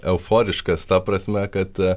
euforiškas ta prasme kad